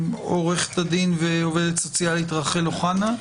עו"ד ועובדת סוציאלית רחל אוחנה,